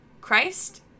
christ